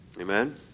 Amen